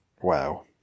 Wow